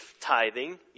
tithing